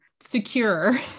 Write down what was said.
secure